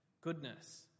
goodness